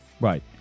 Right